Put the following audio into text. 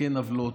מתקן עוולות.